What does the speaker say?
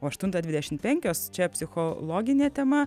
o aštuntą dvidešimt penkios čia psichologinė tema